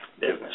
business